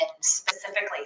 specifically